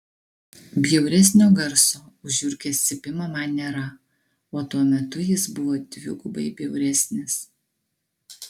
bjauresnio garso už žiurkės cypimą man nėra o tuo metu jis buvo dvigubai bjauresnis